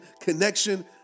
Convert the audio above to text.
connection